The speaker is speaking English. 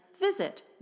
visit